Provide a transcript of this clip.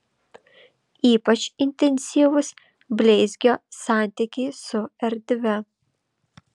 ypač intensyvūs bleizgio santykiai su erdve